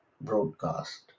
broadcast